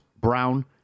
Brown